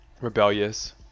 rebellious